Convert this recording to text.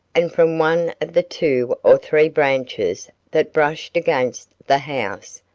and from one of the two or three branches that brushed against the house,